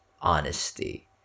honesty